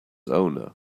owner